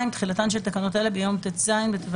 2. תחילתן של תקנות אלה ביום ט"ז בטבת